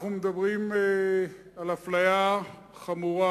אנחנו מדברים על אפליה חמורה